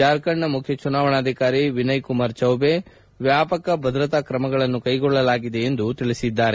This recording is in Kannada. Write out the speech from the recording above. ಜಾರ್ಖಂಡ್ನ ಮುಖ್ಯ ಚುನಾವಣಾಧಿಕಾರಿ ವಿನಯ್ ಕುಮಾರ್ ಚೌಬೆ ವ್ಯಾಪಕ ಭದ್ರತಾ ಕ್ರಮಗಳನ್ನು ಕೈಗೊಳ್ಳಲಾಗಿದೆ ಎಂದು ಹೇಳಿದ್ದಾರೆ